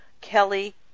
Kelly